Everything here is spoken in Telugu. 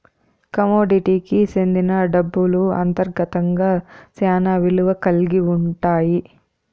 కమోడిటీకి సెందిన డబ్బులు అంతర్గతంగా శ్యానా విలువ కల్గి ఉంటాయి